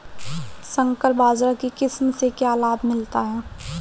संकर बाजरा की किस्म से क्या लाभ मिलता है?